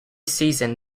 season